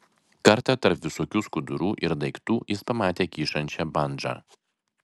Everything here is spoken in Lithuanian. kartą tarp visokių skudurų ir daiktų jis pamatė kyšančią bandžą